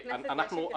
זה